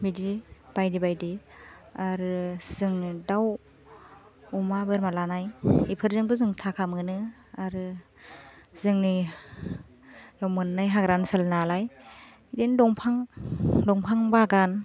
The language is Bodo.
बिदि बायदि बायदि आरो जों दाव अमा बोरमा लानाय एफोरजोंबो जों थाखा मोनो आरो जोंनि मोननै हाग्रा ओनसोल नालाय एदिनो दंफां दंफां बागान